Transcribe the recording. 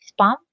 spam